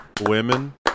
women